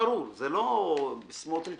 סמוטריץ